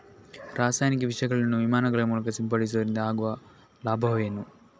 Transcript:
ರಾಸಾಯನಿಕ ವಿಷಗಳನ್ನು ವಿಮಾನಗಳ ಮೂಲಕ ಸಿಂಪಡಿಸುವುದರಿಂದ ಆಗುವ ಲಾಭವೇನು?